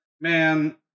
man